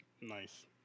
Nice